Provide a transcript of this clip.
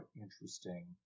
interesting